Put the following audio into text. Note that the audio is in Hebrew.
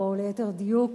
או ליתר דיוק